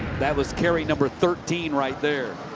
that was kerry, number thirteen right there.